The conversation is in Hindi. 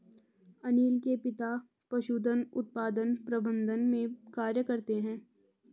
अनील के पिता पशुधन उत्पादन प्रबंधन में कार्य करते है